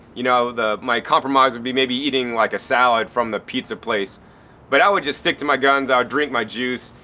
you know my compromise would be maybe eating like a salad from the pizza place but i would just stick to my guns i would drink my juice,